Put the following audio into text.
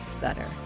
better